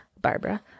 Barbara